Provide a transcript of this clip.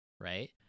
right